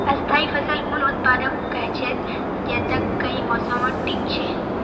स्थाई फसल उन उत्पादकक कह छेक जैता कई मौसमत टिक छ